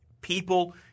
People